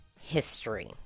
history